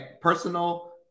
personal